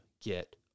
get